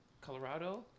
Colorado